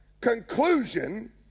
conclusion